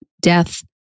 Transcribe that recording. death